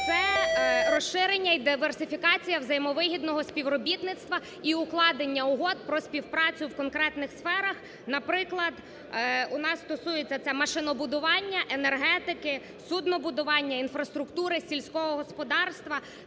це розширення йде, версифікація взаємовигідного співробітництва і укладення угод про співпрацю в конкретних сферах. Наприклад, у нас стосується це машинобудування, енергетики, суднобудування, інфраструктури, сільського господарства